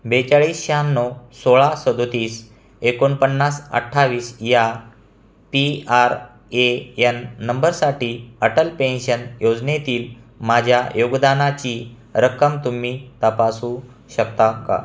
बेचाळीस शहाण्णव सोळा सदोतीस एकोणपन्नास अठ्ठावीस या पी आर ए यन नंबरसाठी अटल पेन्शन योजनेतील माझ्या योगदानाची रक्कम तुम्ही तपासू शकता का